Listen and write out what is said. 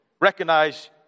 recognize